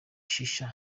shisha